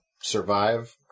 survive